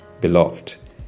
Beloved